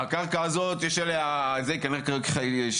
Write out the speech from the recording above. תודה לכם ושיהיה בהצלחה לכולם.